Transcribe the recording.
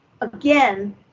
again